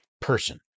person